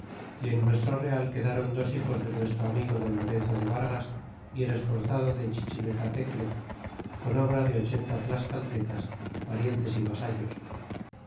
y en nuestro real quedron dos hijos de nuestro amigo don lorenzo de vargas y el esforzado de chichimecatecle con obra de ochenta tlascaltecas parientes y vasallos